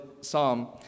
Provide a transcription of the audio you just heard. psalm